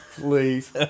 Please